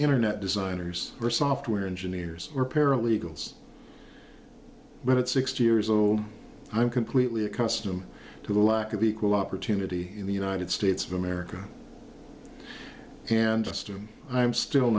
internet designers or software engineers or paralegals but at sixty years old i'm completely accustom to the lack of equal opportunity in the united states of america and assume i'm still